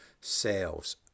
sales